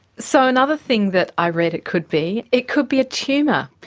so another thing that i read it could be, it could be a tumour.